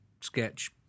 Sketch